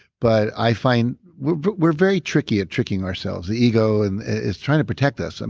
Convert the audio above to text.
but, i find we're but we're very tricky at tricking ourselves. the ego and is trying to protect us. and